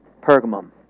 Pergamum